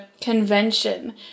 convention